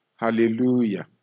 Hallelujah